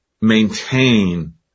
maintain